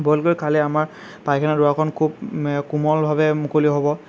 boil কৰি খালে আমাৰ পায়খানাৰ দুৱাৰখন খুব কোমলভাৱে মুকলি হ'ব